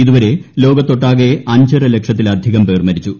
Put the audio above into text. ഇതുവരെ ലോകത്തൊട്ടാകെ അഞ്ചര ലക്ഷത്തിലധികം പേർ മരിച്ചു